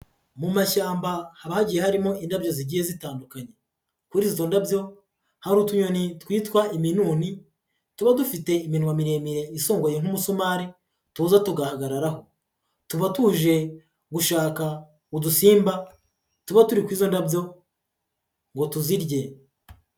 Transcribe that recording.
Mu mashyamba haba hagiye harimo indabyo zigiye zitandukanye, kuri izo ndabyo hari utunyoni twitwa iminuni, tuba dufite iminwa miremire isongoye nk'umusumari tuza tugahagararaho, tuba tuje gushaka udusimba tuba turi kuri izo ndabyo ngo tuzirye.